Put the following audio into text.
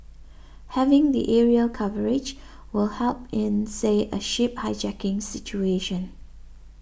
having the aerial coverage will help in say a ship hijacking situation